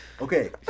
Okay